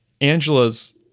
Angela's